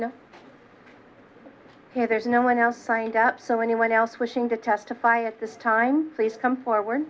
here there's no one else signed up so anyone else wishing to testify at this time please come forward